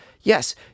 Yes